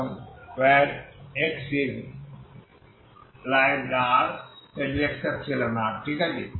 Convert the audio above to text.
এখন x∈R ঠিক আছে